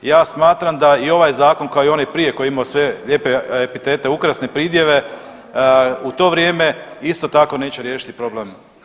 Ja smatram da i ovaj zakon kao i onaj prije koji je imao sve lijepe epitete, ukrasne pridjeve u to vrijeme isto tako neće riješiti problem